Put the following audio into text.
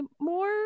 more